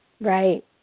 Right